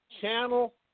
channel